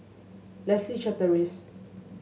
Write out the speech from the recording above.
Leslie Charteris